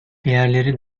diğerleri